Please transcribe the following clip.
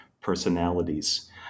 personalities